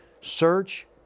Search